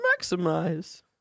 maximize